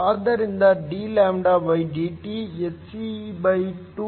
ಆದ್ದರಿಂದ dλdT hc2Eg dEgdT